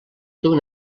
duen